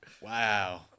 Wow